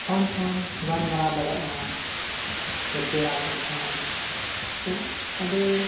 phone ᱛᱮᱦᱚᱢ ᱜᱟᱞᱢᱟᱨᱟᱣ ᱫᱟᱲᱮᱭᱟᱜᱼᱟ ᱥᱮ ᱯᱮᱲᱟ ᱠᱚᱴᱷᱮᱱ ᱥᱮ ᱟᱹᱰᱤ